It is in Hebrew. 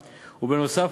ובנוסף,